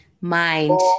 mind